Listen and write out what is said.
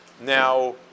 Now